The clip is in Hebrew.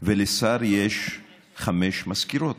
לשר יש חמש מזכירות.